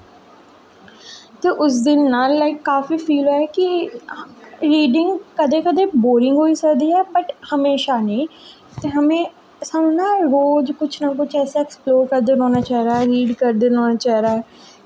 ते उस दिन ना लाईक काफी फील होएआ कि रीडिंग कदें कदें बोरिंग होई सकदी ऐ बट हमेशा नेईं ते में हमें सानूं ना रोज़ कुछ ना कुछ ऐसा ऐक्सपलोर करदे रौह्ना चाहिदा रीड करदे रौह्ना चाहिदा ऐ